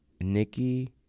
Nikki